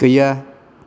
गैया